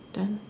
then